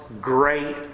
great